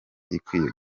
ikwiye